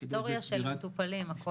היסטוריה של מטופלים הכל?